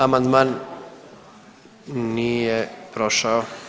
Amandman nije prošao.